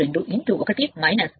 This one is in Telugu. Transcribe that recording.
02 0